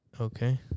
Okay